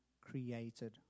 created